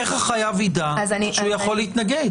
איך החייב ידע שהוא יכול להתנגד?